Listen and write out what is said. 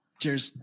Cheers